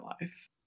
life